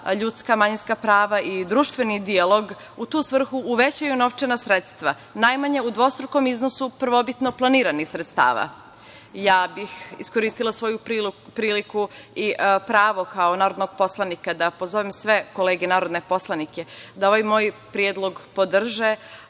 ljudska i manjinska prava i društveni dijalog u tu svrhu uvećaju novčana sredstva, najmanje u dvostrukom iznosu prvobitno planiranih sredstava. Iskoristila bih svoju priliku i pravo kao narodnog poslanika da pozovem sve kolege narodne poslanike da ovaj moj predlog podrže,